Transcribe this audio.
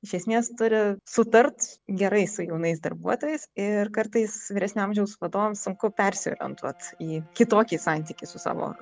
iš esmės turi sutart gerai su jaunais darbuotojais ir kartais vyresnio amžiaus vadovams sunku persiorientuot į kitokį santykį su savo